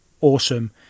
awesome